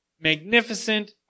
magnificent